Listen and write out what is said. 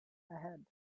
ahead